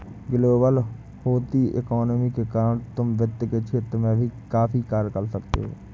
global होती economy के कारण तुम वित्त के क्षेत्र में भी काफी कार्य कर सकते हो